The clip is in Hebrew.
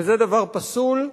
וזה דבר פסול,